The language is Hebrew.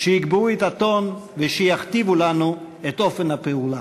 שיקבעו את הטון ויכתיבו לנו את אופן הפעולה.